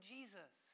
Jesus